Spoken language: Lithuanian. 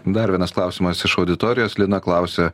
dar vienas klausimas iš auditorijos lina klausia